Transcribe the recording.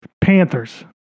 Panthers